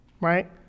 right